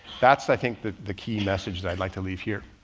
that's i think the the key message that i'd like to leave here.